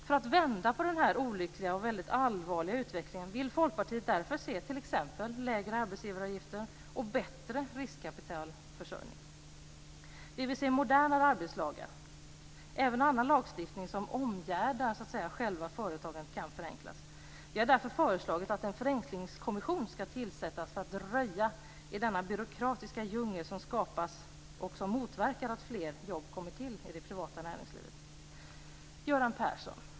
För att vända på den här olyckliga och mycket allvarliga utvecklingen vill Folkpartiet därför se t.ex. lägre arbetsgivaravgifter och bättre riskkapitalförsörjning. Vi vill se modernare arbetsmarknadslagar. Även annan lagstiftning, som så att säga omgärdar själva företagandet, kan förenklas. Vi har därför föreslagit att en förenklingskommission skall tillsättas för att röja i den byråkratiska djungel som skapats och som motverkar att fler jobb kommer till i det privata näringslivet. Göran Persson!